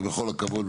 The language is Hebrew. ובכל הכבוד,